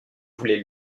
voulait